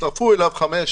הצטרפו אליו חמש,